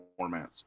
formats